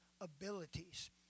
abilities